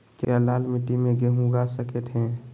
क्या लाल मिट्टी में गेंहु उगा स्केट है?